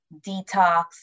detox